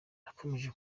nakomeje